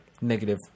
Negative